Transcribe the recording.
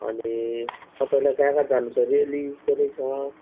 अनि तपाईँलाई कहाँ कहाँ जानु छ रेली पनि छ